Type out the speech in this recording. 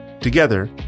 Together